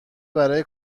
برای